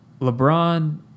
LeBron